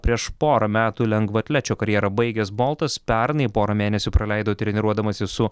prieš porą metų lengvaatlečio karjerą baigęs boltas pernai porą mėnesių praleido treniruodamasis su